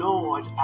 Lord